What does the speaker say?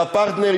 והפרטנר,